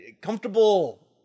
comfortable